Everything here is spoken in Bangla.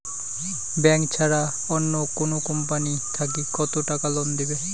ব্যাংক ছাড়া অন্য কোনো কোম্পানি থাকি কত টাকা লোন দিবে?